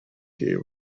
you